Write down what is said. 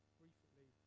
briefly